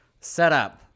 Setup